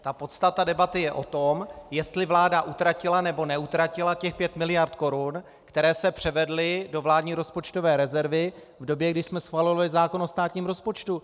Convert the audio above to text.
Ta podstata debaty je o tom, jestli vláda utratila, nebo neutratila těch pět miliard korun, které se převedly do vládní rozpočtové rezervy v době, kdy jsme schvalovali zákon o státním rozpočtu.